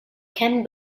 ken